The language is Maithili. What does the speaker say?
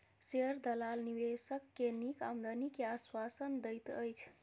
शेयर दलाल निवेशक के नीक आमदनी के आश्वासन दैत अछि